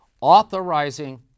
authorizing